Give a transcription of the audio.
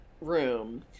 room